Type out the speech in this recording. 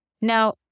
Now